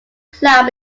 cloud